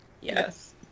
Yes